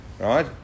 right